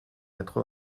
quatre